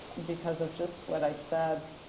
because of just what i said.